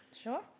Sure